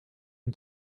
een